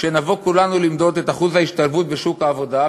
כשנבוא כולנו למדוד את אחוז ההשתלבות בשוק העבודה,